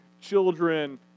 children